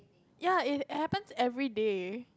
ya it happens everyday